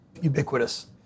ubiquitous